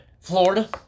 Florida